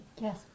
Yes